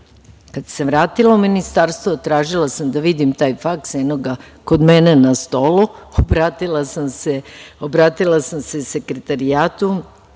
sam se vratila u Ministarstvo, tražila sam da vidim taj faks. Eno ga kod mene na stolu. Obratila sam se Sekretarijatu